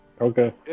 Okay